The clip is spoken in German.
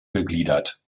gegliedert